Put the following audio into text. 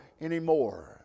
anymore